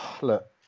look